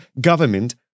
government